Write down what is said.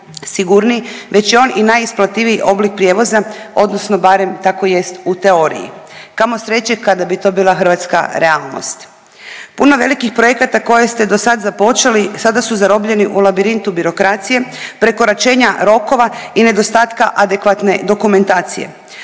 već je on i najisplativiji način prijevoza odnosno barem tako jest u teoriji. Kamo sreće kada bi to bila hrvatska realnost. Puno velikih projekata koje ste do sad započeli sada su zarobljeni u labirintu birokracije, prekoračenja rokova i nedostatka adekvatne dokumentacije.